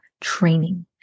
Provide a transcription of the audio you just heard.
training